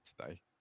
today